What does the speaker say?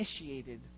initiated